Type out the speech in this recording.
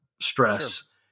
stress